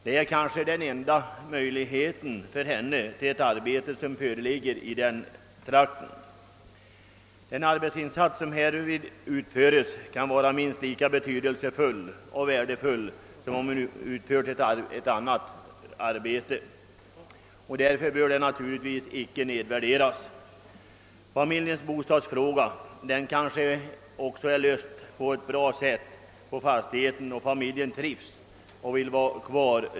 Det är kanske den enda möjlighet hon har att få ett arbete i den trakten. Den arbetsinsats hon därvid gör kan vara minst lika betydelsefull och värdefull som om hon utförde ett annat arbete, och det bör därför inte nedvärderas. Familjens bostadsfråga kanske också är bra löst; familjen trivs på fastigheten och vill bo kvar.